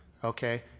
okay.